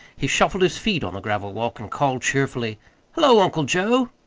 he shuffled his feet on the gravel walk and called cheerfully hullo, uncle joe.